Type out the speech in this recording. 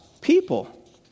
people